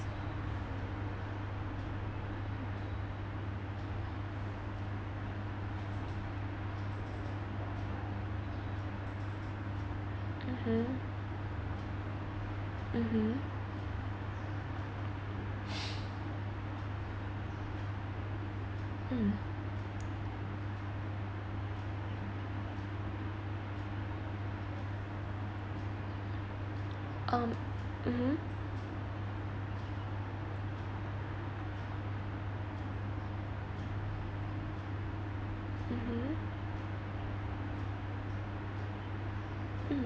mmhmm mmhmm mm um mmhmm